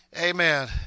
Amen